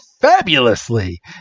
fabulously